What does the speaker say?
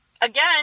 again